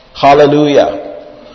Hallelujah